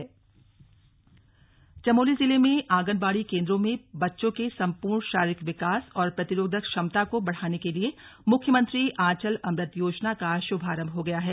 slug Aanchal Amrit Yojana Chamoli जिले में आंगनबाड़ी केंन्द्रों में बच्चों के सम्पूर्ण शारीरिक विकास और प्रतिरोधक क्षमता को बढ़ाने के लिए मुख्यमंत्री आंचल अमृत योजना का शुभारंभ हो गया है